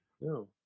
no